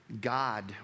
God